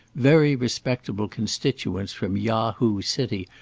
very respectable constituents from yahoo city,